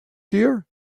here